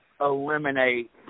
eliminate